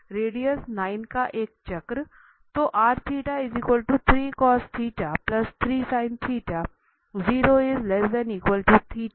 तो यह था रेडियस 9 का एक चक्र